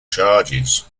charges